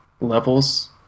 levels